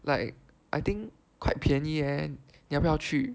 like I think quite 便宜 leh 你要不要去